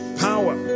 power